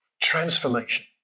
Transformation